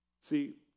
See